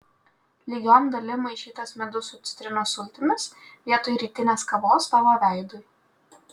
lygiom dalim maišytas medus su citrinos sultimis vietoj rytinės kavos tavo veidui